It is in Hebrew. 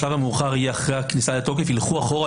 השלב המאוחר יהיה אחרי הכניסה לתוקף ילכו אחורה,